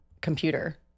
computer